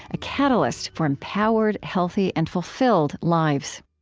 a catalyst for empowered, healthy, and fulfilled lives